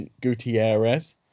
gutierrez